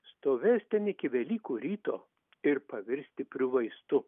stovės ten iki velykų ryto ir pavirs stipriu vaistu